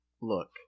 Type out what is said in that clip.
look